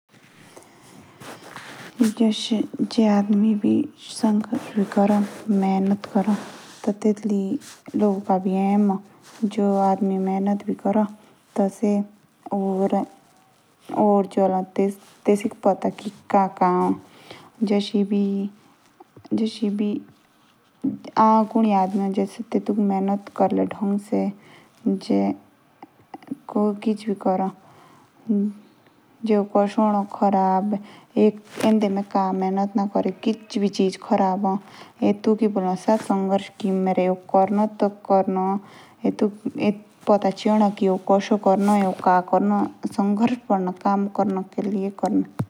जश अदामी संघर्ष बी करो मेहनत करो। टी टेटकी भूमिका बी एहम ए। जे अदामी मेहनत बी करो। टी टेसिक या चलो पता की का होदो।